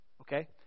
Okay